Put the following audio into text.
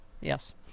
Yes